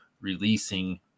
releasing